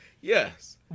yes